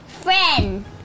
friend